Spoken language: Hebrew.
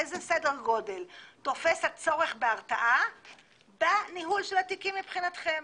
איזה סדר גודל תופס הצורך בהרתעה בניהול של התיקים מבחינתכם.